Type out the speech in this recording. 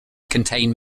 contain